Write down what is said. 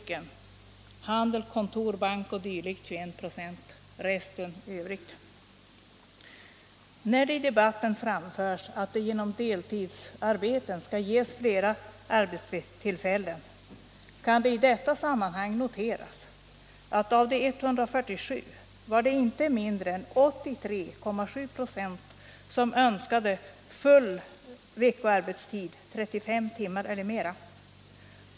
21 96 ville ha arbete inom handel, kontor, bank 0. d., och resten ville ha arbete inom övriga yrken. När det i debatten framförs att det genom deltidsarbeten skall ges flera arbetstillfällen kan i detta sammanhang noteras att av de 147 var det inte mindre än 83,7 26 som önskade full veckoarbetstid, 35 timmar eller mera.